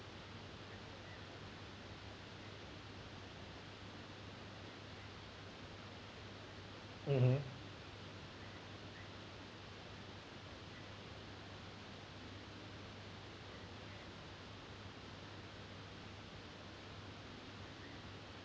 mmhmm